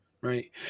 Right